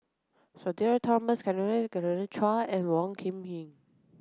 Sudhir Thomas Vadaketh Genevieve Chua and Wong Hung Khim